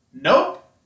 Nope